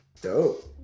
Dope